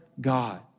God